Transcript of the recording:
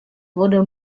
wurde